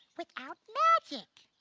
without magic.